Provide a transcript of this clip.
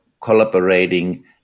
collaborating